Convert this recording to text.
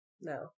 No